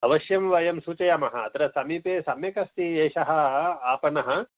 अवश्यं वयं सूचयामः अत्र समीपे सम्यक् अस्ति एषः आपनं